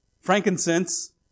frankincense